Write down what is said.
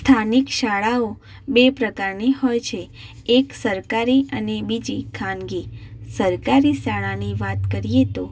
સ્થાનિક શાળાઓ બે પ્રકારની હોય છે એક સરકારી અને બીજી ખાનગી સરકારી શાળાની વાત કરીએ તો